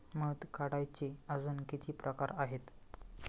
मध काढायचे अजून किती प्रकार आहेत?